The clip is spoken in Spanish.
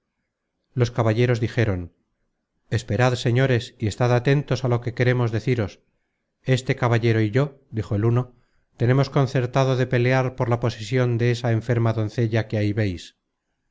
los caballeros dijeron esperad señores y estad atentos á lo que queremos de ciros este caballero y yo dijo el uno tenemos concertado de pelear por la posesion de esa enferma doncella que ahí veis